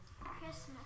Christmas